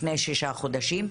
לפני שישה חודשים,